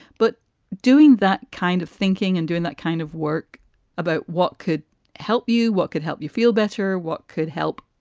but doing that kind of thinking and doing that kind of work about what could help you, what could help you feel better, what could help?